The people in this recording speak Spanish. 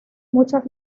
muchos